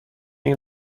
این